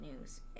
news